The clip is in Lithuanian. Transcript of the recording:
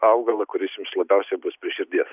augalą kuris jums labiausiai bus prie širdies